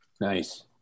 nice